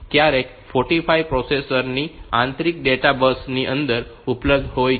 તેથી ક્યારેક 45 પ્રોસેસર ની આંતરિક ડેટા બસ ની અંદર ઉપલબ્ધ હોય છે